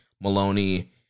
Maloney